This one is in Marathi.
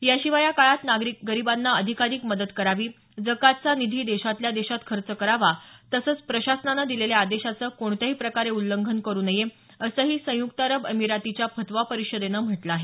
याशिवाय या काळात गरिबांना अधिकाधिक मदत करावी जकातचा निधी देशातल्या देशात खर्च करावा तसंच प्रशासनानं दिलेल्या आदेशाचं कोणत्याही प्रकारे उल्लंघन करू नका असंही संयुक्त अरब अमिरातीच्या फतवा परिषदेनं म्हटलं आहे